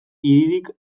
hiririk